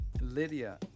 Lydia